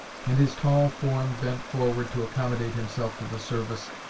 and his tall form bent forward to accommodate himself to the service,